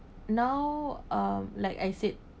now um like I said